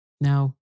Now